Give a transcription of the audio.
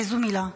איזו מילה?